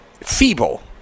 feeble